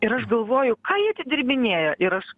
ir aš galvoju ką jie atidirbinėja ir aš